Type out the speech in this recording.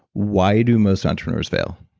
why do most entrepreneurs fail?